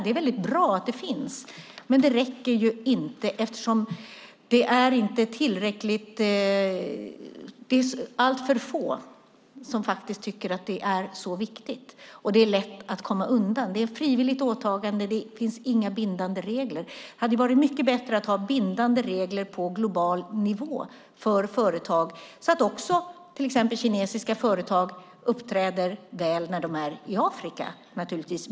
Det är bra att det finns, men det räcker inte eftersom det är alltför få som tycker att det är viktigt. Det är lätt att komma undan. Det är ett frivilligt åtagande. Det finns inga bindande regler. Det hade varit mycket bättre att ha bindande regler på global nivå för företag så att till exempel kinesiska företag uppträder väl när de är i Afrika.